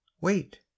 wait